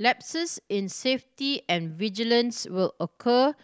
lapses in safety and vigilance will occur